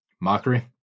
Mockery